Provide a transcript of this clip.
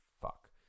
fuck